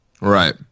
Right